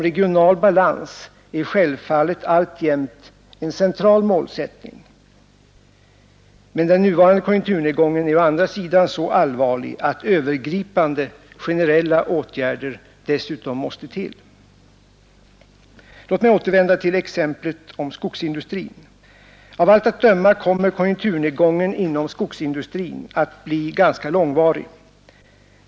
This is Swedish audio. Regional balans är självfallet alltjämt en central målsättning, men den nuvarande konjunkturnedgången är så allvarlig att övergripande generella åtgärder dessutom måste till. Låt mig återvända till exemplet om skogsindustrin. Av allt att döma kommer konjunkturnedgången inom skogsindustrin att bli ganska långvarig.